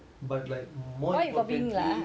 but like more exactly